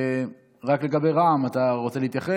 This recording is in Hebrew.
רק לגבי רע"ם, אתה רוצה להתייחס?